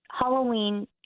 Halloween